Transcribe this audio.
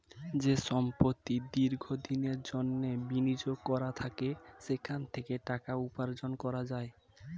যে সম্পত্তি দীর্ঘ দিনের জন্যে বিনিয়োগ করা থাকে সেখান থেকে টাকা উপার্জন করা যায়